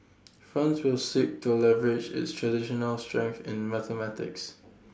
France will seek to leverage its traditional strength in mathematics